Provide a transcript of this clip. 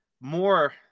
more